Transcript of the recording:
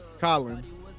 Collins